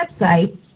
website